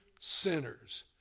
sinners